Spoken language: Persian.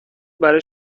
برای